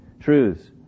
truths